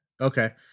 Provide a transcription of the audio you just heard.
Okay